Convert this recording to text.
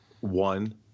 one